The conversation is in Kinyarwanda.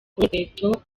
urukweto